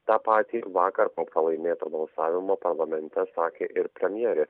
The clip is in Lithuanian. tą patį vakar po pralaimėto balsavimo parlamente sakė ir premjerė